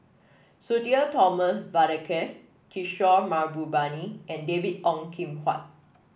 Sudhir Thomas Vadaketh Kishore Mahbubani and David Ong Kim Huat